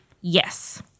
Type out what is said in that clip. yes